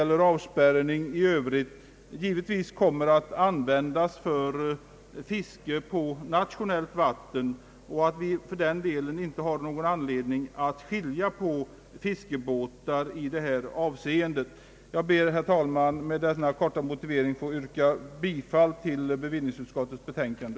Herr Engkvist menar alltså att fis karna i fred skall betala för den olja som militären använder i krig — och detta för glädjen att deras båtar ändå på något sätt kan användas! Tror verkligen herr Engkvist att det är ett resonemang som kan övertyga Sveriges fiskare?